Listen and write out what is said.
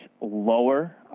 lower